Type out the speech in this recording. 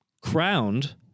crowned